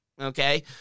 okay